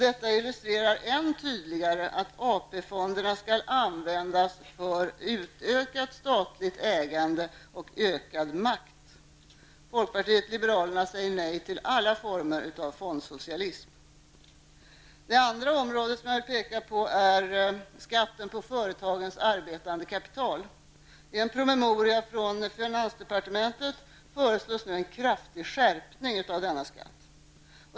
Detta illustrerar än tydligare att AP-fonderna skall användas för utökat statligt ägande och ökad makt. Folkpartiet liberalerna säger nej till alla former av fondsocialism. Det andra området som jag vill peka på gäller skatten på företagens arbetande kapital. I en promemoria från finansdepartementet föreslås en kraftig skärpning av denna skatt.